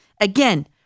Again